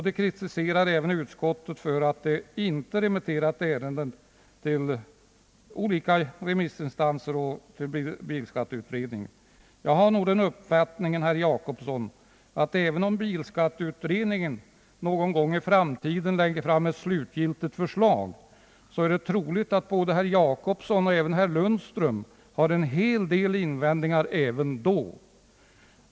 De kritiserar även utskottet för att det inte remitterat ärendet till olika remissinstanser och till bilskatteutredningen. Jag har den uppfattningen, herr Jacobsson, att även om bilskatteutredningen någon gång i framtiden lägger fram ett slutgiltigt förslag så är det troligt att både herr Jacobsson och herr Lundström har en hel del invändningar även då.